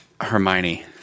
hermione